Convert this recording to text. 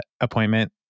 appointment